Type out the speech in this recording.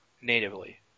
natively